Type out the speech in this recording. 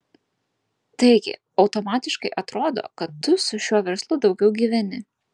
taigi automatiškai atrodo kad tu su šiuo verslu daugiau gyveni